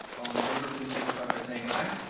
all in favor please signify by saying aye.